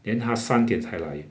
then 他三点才来